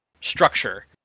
structure